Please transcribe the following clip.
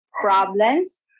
problems